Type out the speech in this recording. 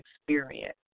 experience